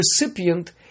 recipient